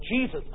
Jesus